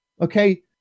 okay